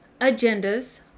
agendas